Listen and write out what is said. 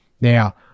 Now